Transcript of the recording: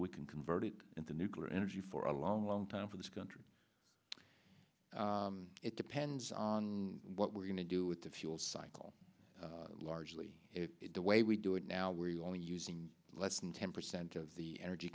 we can convert it into nuclear energy for a long long time for this country it depends on what we're going to do with the fuel cycle largely the way we do it now where you only using less than ten percent of the energy